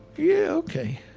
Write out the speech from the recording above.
yeah ok,